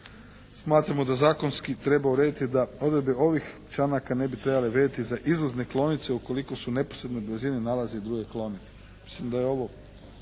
Smatramo da zakonski treba urediti da odredbe ovih članaka ne bi trebale vrijediti za izvozne klaonice ukoliko se u neposrednoj blizini nalaze druge klaonice.